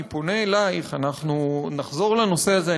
אני פונה אלייך: נחזור לנושא הזה,